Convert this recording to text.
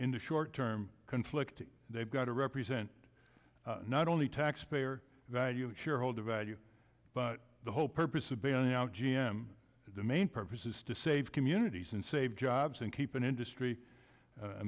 in the short term conflicting they've got to represent not only taxpayer value and shareholder value but the whole purpose of bailing out g m the main purpose is to save communities and save jobs and keep an industry